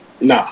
nah